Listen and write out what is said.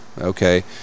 Okay